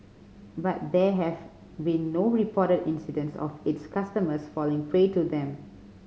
but there have been no reported incidents of its customers falling prey to them